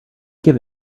give